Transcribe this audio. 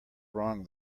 wrong